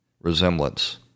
resemblance